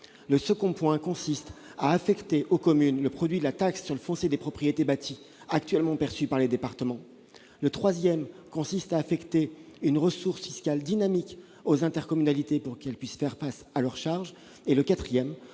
La deuxième est d'affecter aux communes le produit de la taxe foncière sur les propriétés bâties, actuellement perçu par les départements. La troisième est d'affecter une ressource fiscale dynamique aux intercommunalités pour qu'elles puissent faire face à leurs charges.